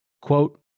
Quote